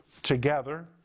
together